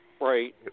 right